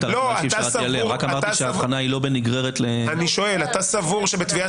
רק אמרתי שההבחנה היא לא בין נגררת -- אתה סבור שבתביעה